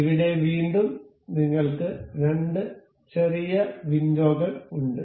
ഇവിടെ വീണ്ടും നിങ്ങൾക്ക് രണ്ട് ചെറിയ വിൻഡോകൾ ഉണ്ട്